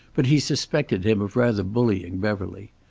but he suspected him of rather bullying beverly.